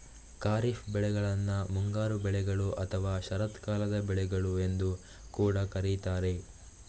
ಖಾರಿಫ್ ಬೆಳೆಗಳನ್ನ ಮುಂಗಾರು ಬೆಳೆಗಳು ಅಥವಾ ಶರತ್ಕಾಲದ ಬೆಳೆಗಳು ಎಂದು ಕೂಡಾ ಕರೀತಾರೆ